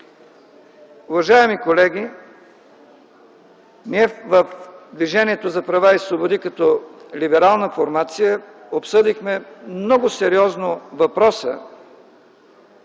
Уважаеми колеги, в Движението за права и свободи като либерална формация обсъдихме много сериозно въпроса